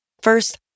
First